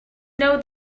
know